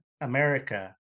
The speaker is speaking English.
America